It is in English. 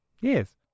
Yes